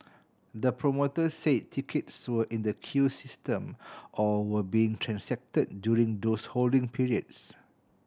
the promoter said tickets were in the queue system or were being transacted during those holding periods